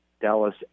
Dallas